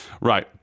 right